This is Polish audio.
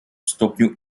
stopniu